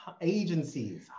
agencies